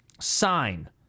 sign